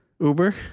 Uber